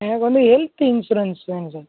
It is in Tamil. எனக்கு வந்து ஹெல்த்து இன்சூரன்ஸ் வேணும் சார்